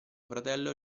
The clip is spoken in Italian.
fratello